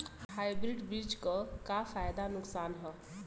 Hybrid बीज क का फायदा नुकसान ह?